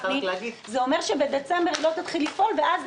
זה אומר שבדצמבר החברה לא תתחיל לפעול ואז